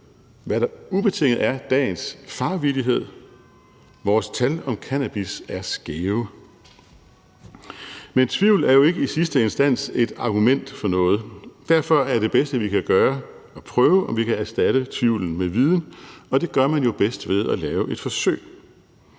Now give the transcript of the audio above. hvad der ubetinget er dagens farvittighed: Vores tal om cannabis er skæve. Men tvivl er jo ikke i sidste instans et argument for noget. Derfor er det bedste, vi kan gøre, at prøve, om vi kan erstatte tvivlen med viden, og det gør man jo bedst ved at lave et forsøg.